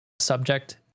subject